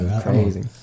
crazy